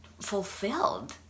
fulfilled